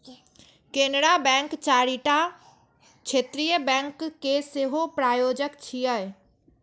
Canara bank चारिटा क्षेत्रीय bank के सेहो प्रायोजक छियै